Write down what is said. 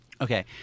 Okay